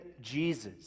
Jesus